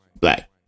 Black